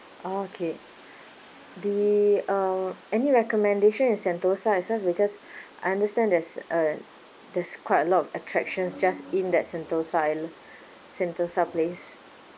oh okay the um any recommendation in sentosa as well because I understand there's a there's quite a lot of attractions just in that sentosa alo~ sentosa place